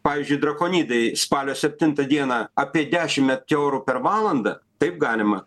pavyzdžiui drakonidai spalio septintą dieną apie dešim meteorų per valandą taip galima